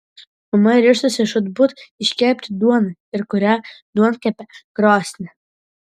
mama ryžtasi žūtbūt iškepti duoną ir kuria duonkepę krosnį